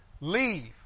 Leave